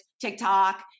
TikTok